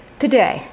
Today